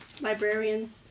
librarian